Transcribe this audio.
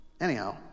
Anyhow